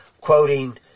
quoting